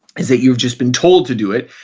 is that you've just been told to do it.